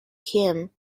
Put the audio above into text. him